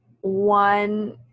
One